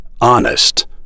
honest